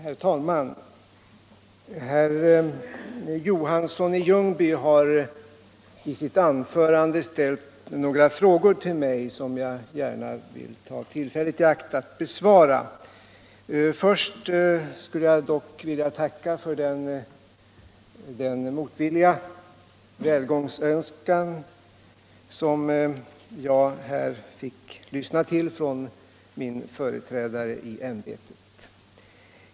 Herr talman! Herr Johansson i Ljungby har i sitt anförande ställt några frågor till mig, och jag vill gärna ta tillfället i akt att besvara dem. Jag skulle emellertid först vilja tacka för den välgångsönskan som jag fick av min företrädare i ämbetet.